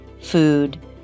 food